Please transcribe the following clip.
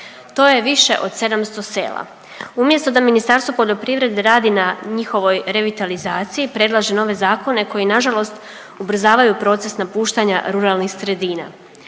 to je više od 700 sela. Umjesto da Ministarstvo poljoprivrede radi na njihovoj revitalizaciji predlaže nove zakone koji nažalost ubrzavaju proces napuštanja ruralnih sredina.